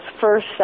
first